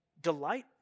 delight